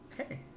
Okay